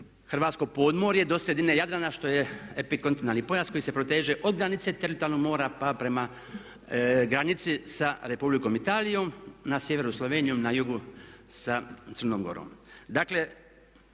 Hrvatsko podmorje do sredine Jadrana što je epikontinentalni pojas koji se proteže od granice teritorijalnog mora pa prema granici sa Republikom Italijom, na sjeveru Slovenijom, na jugu sa Crnom Gorom.